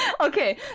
Okay